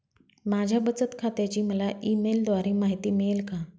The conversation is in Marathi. माझ्या बचत खात्याची मला ई मेलद्वारे माहिती मिळेल का?